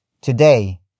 today